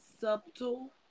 subtle